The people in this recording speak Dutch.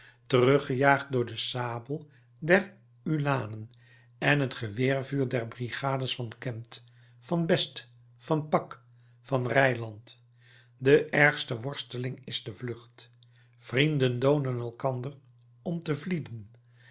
teruggejaagd door de sabel der uhlanen en het geweervuur der brigades van kempt van best van pack en van ryland de ergste worsteling is de vlucht vrienden dooden elkander om te vlieden